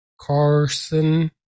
Carson